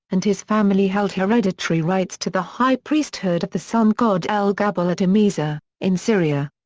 and his family held hereditary rights to the high priesthood of the sun god el-gabal at emesa, in syria.